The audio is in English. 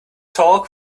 talk